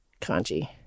Kanji